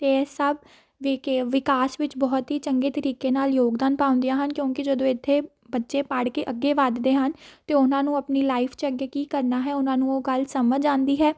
ਇਹ ਸਭ ਵੇਖ ਕੇ ਵਿਕਾਸ ਵਿੱਚ ਬਹੁਤ ਹੀ ਚੰਗੇ ਤਰੀਕੇ ਨਾਲ ਯੋਗਦਾਨ ਪਾਉਂਦੀਆਂ ਹਨ ਕਿਉਂਕਿ ਜਦੋਂ ਇੱਥੇ ਬੱਚੇ ਪੜ੍ਹ ਕੇ ਅੱਗੇ ਵੱਧਦੇ ਹਨ ਅਤੇ ਉਹਨਾਂ ਨੂੰ ਆਪਣੀ ਲਾਈਫ 'ਚ ਅੱਗੇ ਕੀ ਕਰਨਾ ਹੈ ਉਹਨਾਂ ਨੂੰ ਉਹ ਗੱਲ ਸਮਝ ਆਉਂਦੀ ਹੈ